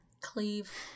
cleave